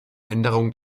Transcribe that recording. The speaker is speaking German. änderungen